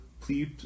please